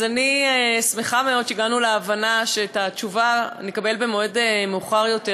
אני שמחה מאוד שהגענו להבנה שאת התשובה נקבל במועד מאוחר יותר,